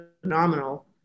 phenomenal